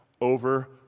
over